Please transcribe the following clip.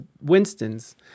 Winston's